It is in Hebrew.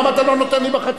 למה אתה לא נותן לי בחצר?